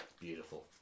beautiful